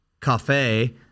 Cafe